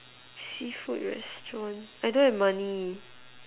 seafood restaurant I don't have money